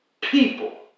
people